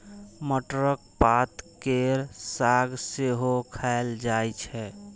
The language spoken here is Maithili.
मटरक पात केर साग सेहो खाएल जाइ छै